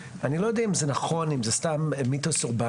אני לא יודע אם זה נכון או שזה סתם מיתוס אורבני,